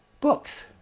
Books